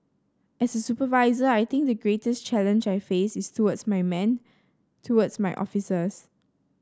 as a supervisor I think the greatest challenge I face is towards my men towards my officers